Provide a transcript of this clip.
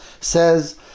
says